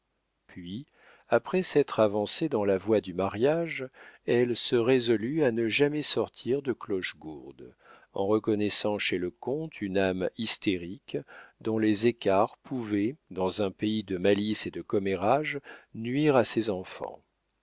puis après s'être avancée dans la voie du mariage elle se résolut à ne jamais sortir de clochegourde en reconnaissant chez le comte une âme hystérique dont les écarts pouvaient dans un pays de malice et de commérage nuire à ses enfants